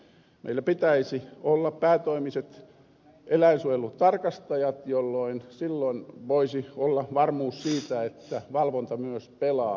meillä pitäisi olla päätoimiset eläinsuojelutarkastajat jolloin voisi olla varmuus siitä että valvonta myös pelaa